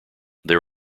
there